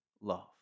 love